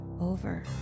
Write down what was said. over